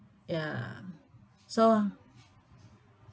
ya so